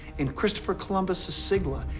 in christopher columbus' ah sigla,